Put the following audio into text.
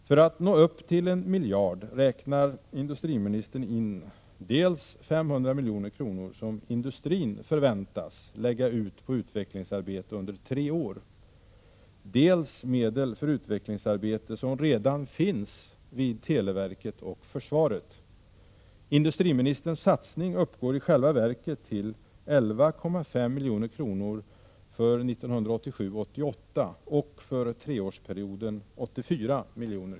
För att nå upp till en miljard räknar industriministern in dels 500 milj.kr. som industrin förväntas lägga ut på utvecklingsarbete under tre år, dels medel för utvecklingsarbete som redan finns vid televerket och försvaret. Industriministerns satsning uppgår i själva verket till 11,5 milj.kr. för 1987/88 och 84 milj.kr. för treårsperioden.